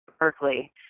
Berkeley